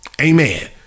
Amen